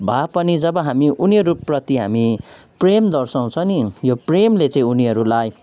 भए पनि जब हामी उनीहरू प्रति हामी प्रेम दर्साउँछ नि यो प्रेमले चाहिँ उनीहरूलाई